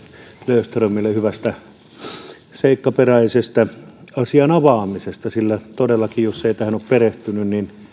löfströmille hyvästä ja seikkaperäisestä asian avaamisesta sillä todellakin jos ei tähän ole perehtynyt